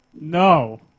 No